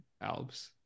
alps